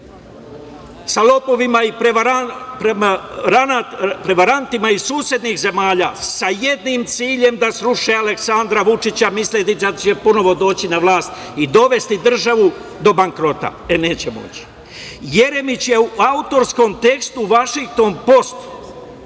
sa lopovima i prevarantima iz susednih zemalja, sa jednim ciljem - da sruše Aleksandra Vučića, misleći da će ponovo doći na vlast i dovesti državu do bankrota. E, neće moći. Vuk Jeremić je u autorskom tekstu "Vašington postu"